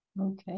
Okay